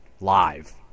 live